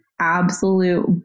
absolute